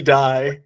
die